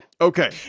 Okay